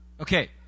Okay